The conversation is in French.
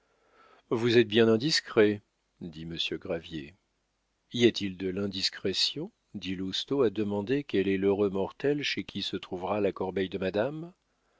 vous êtes bien indiscret dit monsieur gravier y a-t-il de l'indiscrétion dit lousteau à demander quel est l'heureux mortel chez qui se trouvera la corbeille de madame